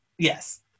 Yes